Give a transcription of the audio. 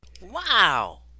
Wow